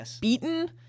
beaten